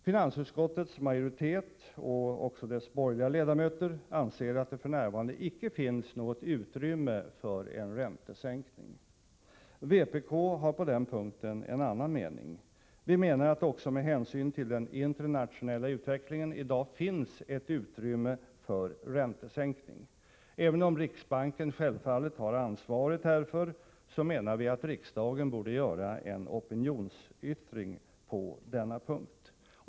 Finansutskottets majoritet och även dess borgerliga ledamöter anser att det f. n. icke finns något utrymme för en räntesänkning. Vpk har på den punkten en annan mening. Vi anser att det också med hänsyn till den internationella utvecklingen i dag finns ett utrymme för räntesänkning. Även om riksbanken självfallet har ansvaret härvidlag, så menar vi att riksdagen borde komma med en opinionsyttring på denna punkt.